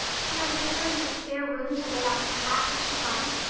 can i take her into the spare room to lay off her hat when she comes?